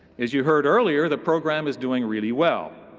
as you heard earlier, the program is doing really well.